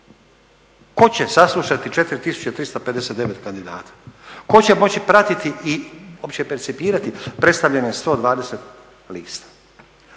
Tko će saslušati 4359 kandidata, tko će moći pratiti i uopće percipirati predstavljanje 120 lista?